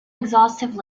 exhaustive